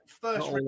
first